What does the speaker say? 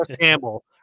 Campbell